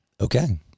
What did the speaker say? okay